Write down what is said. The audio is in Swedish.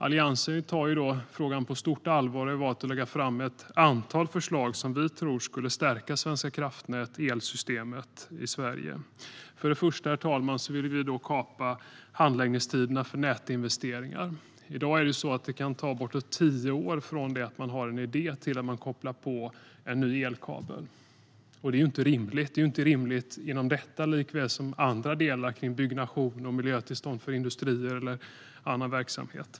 Alliansen tar frågan på stort allvar och har valt att lägga fram ett antal förslag som vi tror skulle stärka Svenska kraftnät och elsystemet i Sverige. Herr talman! För det första vill vi kapa handläggningstiderna för nätinvesteringar. I dag kan det ta bortåt tio år från att man har en idé till att man kopplar på en ny elkabel. Det är inte rimligt. Det är inte rimligt inom detta och inte heller inom andra delar kring byggnation, miljötillstånd för industrier eller annan verksamhet.